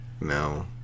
no